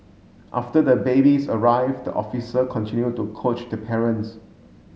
after the babies arrive the officer continue to coach the parents